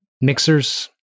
mixers